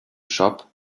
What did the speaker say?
shop